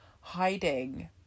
hiding